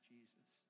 Jesus